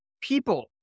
people